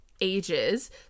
ages